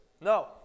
No